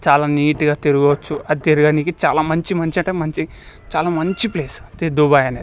చాలా నీట్గా తిరగువచ్చు అది తిరగనీకి చాలా మంచి మంచి అంటే మంచి చాలా మంచి ప్లేస్ ఈ దుబాయ్ అనేది